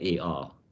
AR